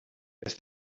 dass